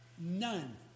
None